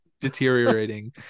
deteriorating